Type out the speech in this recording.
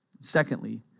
Secondly